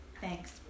Thanks